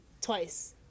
twice